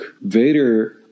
Vader